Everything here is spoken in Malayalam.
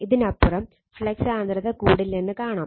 ഇതിനപ്പുറം ഫ്ലക്സ് സാന്ദ്രത കൂടില്ലെന്ന് കാണാം